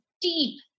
deep